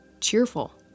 cheerful